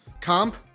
comp